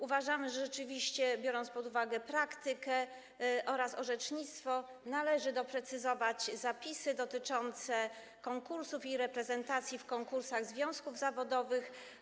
Uważam, że rzeczywiście, jeżeli weźmie się pod uwagę praktykę oraz orzecznictwo, należy doprecyzować zapisy dotyczące konkursów i reprezentacji w konkursach związków zawodowych.